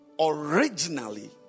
Originally